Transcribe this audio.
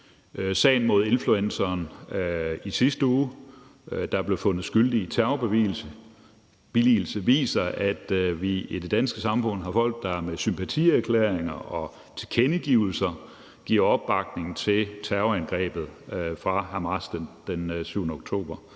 Sagen mod influenceren i sidste uge, hvor influenceren blev fundet skyldig i billigelse af terror, viser, at vi i det danske samfund har folk, der med sympatierklæringer og tilkendegivelser giver opbakning til terrorangrebet fra Hamas den 7. oktober.